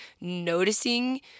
noticing